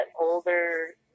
older